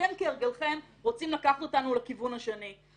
אתם כהרגלכם רוצים לקחת אותנו לכיוון השני.